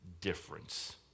difference